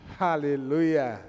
Hallelujah